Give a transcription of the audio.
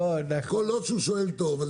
כל עוד שהוא שואל טוב זה בסדר.